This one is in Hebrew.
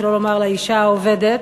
שלא לומר לאישה העובדת,